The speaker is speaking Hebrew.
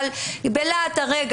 אבל זה נאמר בלהט הרגע